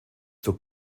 zog